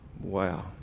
Wow